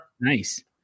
nice